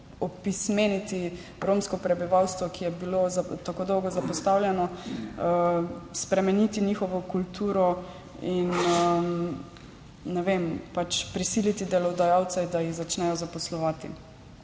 opismeniti romskega prebivalstva, ki je bilo tako dolgo zapostavljeno, spremeniti njihove kulture in, ne vem, prisiliti delodajalce, da jih začnejo zaposlovati.